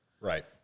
Right